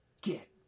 get